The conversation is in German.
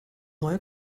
neue